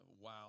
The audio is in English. Wow